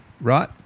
right